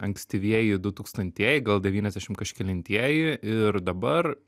ankstyvieji dutūkstantieji gal devyniasdešimt kažkelintieji ir dabar